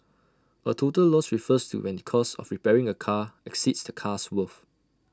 A total loss refers to when the cost of repairing A car exceeds the car's worth